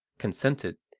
consented,